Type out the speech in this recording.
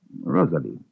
Rosalie